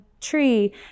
tree